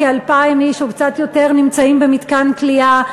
כ-2,000 איש או קצת יותר נמצאים במתקן כליאה?